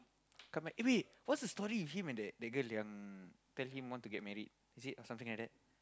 come back eh wait what's the story with him and that the girl yang tell him want to get married is it or something like that